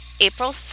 April